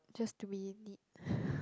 just do we need